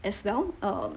as well uh